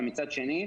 מצד שני,